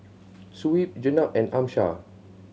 Shuib Jenab and Amsyar